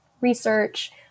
research